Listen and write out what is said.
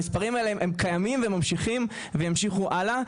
המספרים האלה קיימים והם ממשיכים והם ימשיכו הלאה.